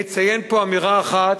אציין פה אמירה אחת,